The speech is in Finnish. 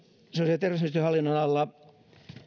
ja terveysministeriön hallinnonalalla